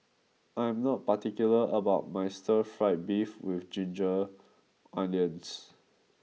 I am not particular about my Stir Fried Beef with Ginger Onions